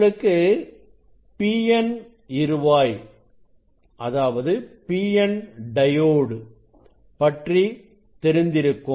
உங்களுக்கு PN இருவாய் பற்றி தெரிந்திருக்கும்